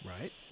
Right